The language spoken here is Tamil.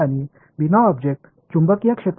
எனவே நான் E நாட்ஐக் கழிக்கிறேன்